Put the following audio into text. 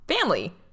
family